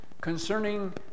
concerning